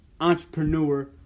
entrepreneur